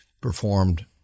performed